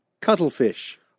cuttlefish